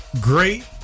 Great